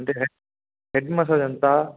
అంటే head massage ఎంతా